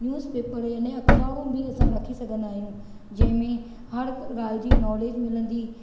news paper याने अख़बारूं बि असां रखी सघंदा आहियूं जंहिंमें हर हिकु गा॒ल्हि जी नॅालेज मिलंदी